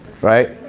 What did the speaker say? Right